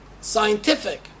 scientific